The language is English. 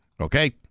okay